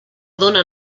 dóna